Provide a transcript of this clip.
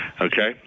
Okay